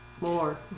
More